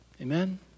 Amen